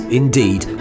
indeed